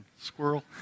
Squirrel